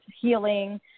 healing